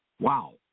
Wow